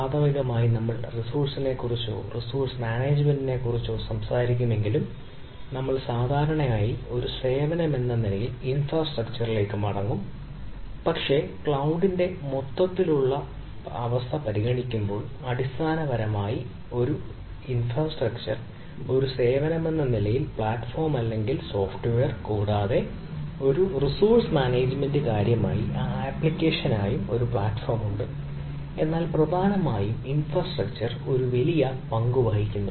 പ്രാഥമികമായി നമ്മൾ റിസോഴ്സിനെക്കുറിച്ചോ റിസോഴ്സ് മാനേജ്മെന്റിനെക്കുറിച്ചോ സംസാരിക്കുമെങ്കിലും നമ്മൾ സാധാരണയായി ഒരു സേവനമെന്ന നിലയിൽ ഇൻഫ്രാസ്ട്രക്ചറിലേക്ക് മടങ്ങും പക്ഷേ ക്ലൌഡ്ഡിന്റെ മൊത്തത്തിലുള്ള പരിഗണിക്കുമ്പോൾ അടിസ്ഥാനപരമായി കുറഞ്ഞത് ഒരു സേവനമെന്ന നിലയിൽ ഇൻഫ്രാസ്ട്രക്ചർ ഒരു സേവനമെന്ന നിലയിൽ പ്ലാറ്റ്ഫോം അല്ലെങ്കിൽ ഒരു സേവനമായി സോഫ്റ്റ്വെയർ കൂടാതെ നമ്മൾക്ക് ഒരു റിസോഴ്സ് മാനേജ്മെന്റ് കാര്യമായി അ ആപ്ലിക്കേഷനായും പ്ലാറ്റ്ഫോം ഉണ്ട് എന്നാൽ പ്രധാനമായും ഒരു ഇൻഫ്രാസ്ട്രക്ചർ ഒരു വലിയ പങ്ക് വഹിക്കുന്നു